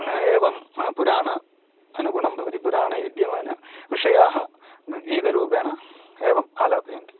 एवं पुराण अनुगुणं भवति पुराणे विद्यमान विषयाः गीतरूपेण एवम् आलापयन्ति